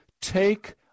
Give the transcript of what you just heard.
take